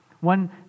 One